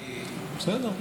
בסדר,